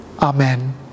Amen